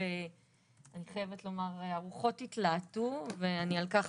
אני חייבת לומר הרוחות התלהטו ועל כך